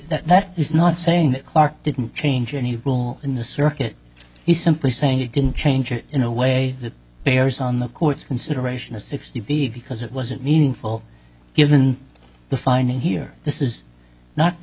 that he's not saying that clark didn't change and he will in the circuit he's simply saying he didn't change it in a way that bears on the court's consideration of sixty b because it wasn't meaningful given the fine here this is not the